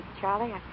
Charlie